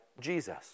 Jesus